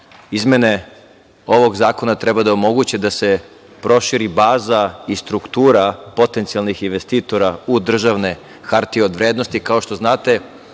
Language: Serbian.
Izmene ovog zakona treba da omoguće da se proširi baza i struktura potencijalnih investitora u državne hartije od vrednosti. Kao